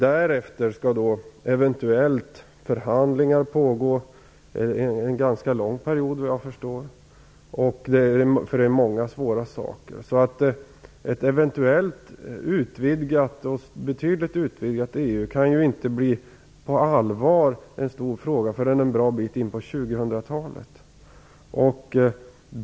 Därefter skall eventuellt förhandlingar pågå en ganska lång period, såvitt jag förstår, eftersom det finns många svåra frågor. Ett eventuellt betydligt utvidgat EU kan inte på allvar bli en stor fråga förrän en bra bit in på 2000-talet.